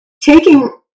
taking